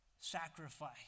sacrifice